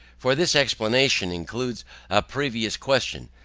for this explanation includes a previous question,